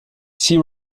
sea